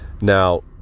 now